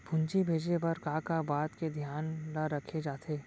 पूंजी भेजे बर का का बात के धियान ल रखे जाथे?